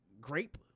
grape